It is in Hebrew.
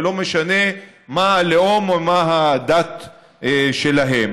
ולא משנה מה הלאום ומה הדת שלהם.